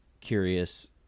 curious